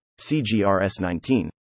CGRS19